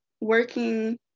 working